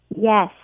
Yes